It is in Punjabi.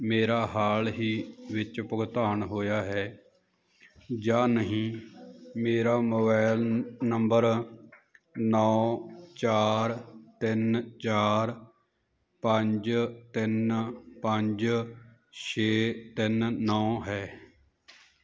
ਮੇਰਾ ਹਾਲ ਹੀ ਵਿੱਚ ਭੁਗਤਾਨ ਹੋਇਆ ਹੈ ਜਾਂ ਨਹੀਂ ਮੇਰਾ ਮੋਬਾਈਲ ਨੰਬਰ ਨੌਂ ਚਾਰ ਤਿੰਨ ਚਾਰ ਪੰਜ ਤਿੰਨ ਪੰਜ ਛੇ ਤਿੰਨ ਨੌਂ ਹੈ